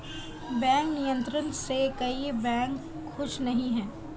bank नियंत्रण से कई बैंक खुश नही हैं